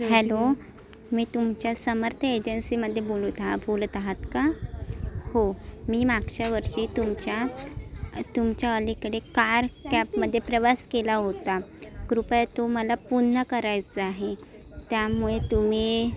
hello मी तुमच्या समर्थ एजन्सीमध्ये बोलता बोलत आहात का हो मी मागच्या वर्षी तुमच्या तुमच्या अलीकडे कार कॅबमध्ये प्रवास केला होता कृपया तो मला पुन्हा करायचा आहे त्यामुळे तुम्ही